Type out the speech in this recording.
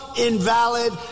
invalid